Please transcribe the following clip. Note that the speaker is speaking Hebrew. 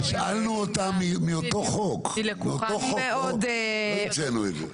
השאלנו אותם מאותו חוק, לא המצאנו את זה.